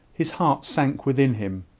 his heart sank within him.